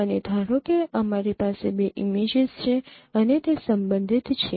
અને ધારો કે અમારી પાસે બે ઇમેજીસ છે અને તે સંબંધિત છે